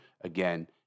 Again